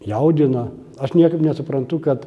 jaudina aš niekaip nesuprantu kad